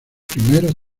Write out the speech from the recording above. primeros